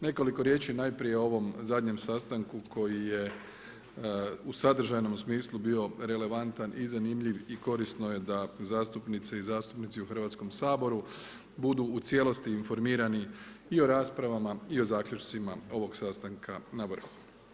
Nekoliko riječi najprije o ovom zadnjem sastanku koji je u sadržajnom smislu bio relevantan i zanimljiv i korisno je da zastupnice i zastupnici u Hrvatskom saboru budu u cijelosti informirani i o raspravama i o zaključcima ovog sastanka na vrhu.